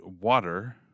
water